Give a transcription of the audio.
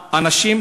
לאנשים,